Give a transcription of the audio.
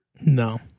No